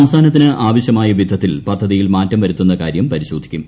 സംസ്ഥാനത്തിന് ആവശ്യമായ വിധത്തിൽ പദ്ധതിയിൽ മാറ്റം വരുത്തുന്ന കാര്യം പരിശോധിക്കും